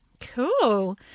Cool